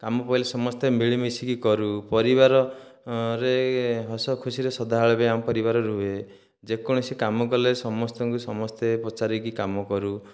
କାମ ପଡ଼ିଲେ ସମସ୍ତେ ମିଳିମିଶିକି କରୁ ପରିବାରରେ ହସ ଖୁସିରେ ସଦାବେଳେ ବି ଆମ ପରିବାର ରୁହେ ଯେକୌଣସି କାମ କଲେ ସମସ୍ତଙ୍କୁ ସମସ୍ତେ ପଚାରିକି କରୁ